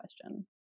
question